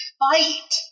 fight